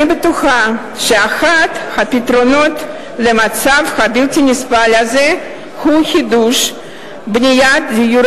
אני בטוחה שאחד הפתרונות למצב הבלתי-נסבל הזה הוא חידוש בניית דיור